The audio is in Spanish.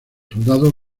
soldados